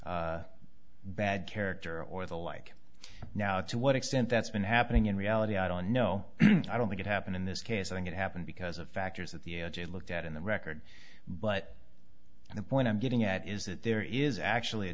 of bad character or the like now to what extent that's been happening in reality i don't know i don't think it happened in this case i think it happened because of factors that the it looked at in the record but the point i'm getting at is that there is actually a